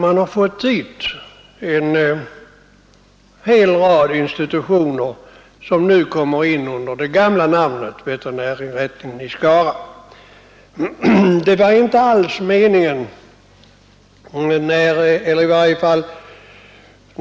Det blir en hel rad institutioner, som nu kommer in under det gamla namnet Veterinärinrättningen i Skara.